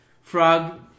Frog